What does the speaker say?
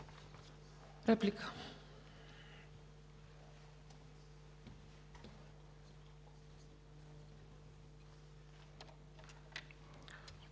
Реплика.